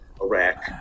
Iraq